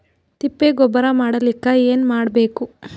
ತಿಪ್ಪೆ ಗೊಬ್ಬರ ಮಾಡಲಿಕ ಏನ್ ಮಾಡಬೇಕು?